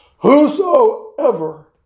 whosoever